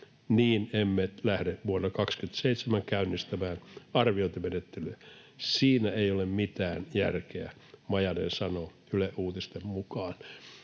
niin emme lähde vuonna 27 käynnistämään arviointimenettelyä. Siinä ei ole mitään järkeä’”, Majanen sanoo Yle Uutisten mukaan.